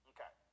Okay